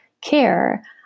care